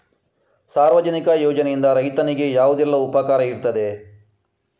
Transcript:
ಸಾರ್ವಜನಿಕ ಯೋಜನೆಯಿಂದ ರೈತನಿಗೆ ಯಾವುದೆಲ್ಲ ಉಪಕಾರ ಇರ್ತದೆ?